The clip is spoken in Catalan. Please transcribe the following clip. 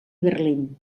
berlín